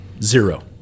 Zero